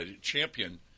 champion